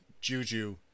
juju